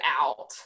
out